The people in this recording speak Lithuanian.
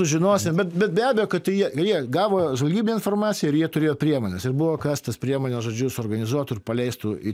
sužinosim bet bet be abejo kad jie jie gavo žvalgybinę informaciją ir jie turėjo priemones ir buvo kas tas priemones žodžiu suorganizuotų ir paleistų į